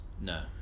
No